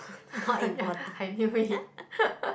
ya I knew it